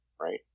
right